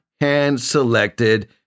hand-selected